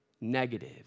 negative